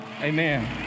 Amen